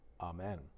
Amen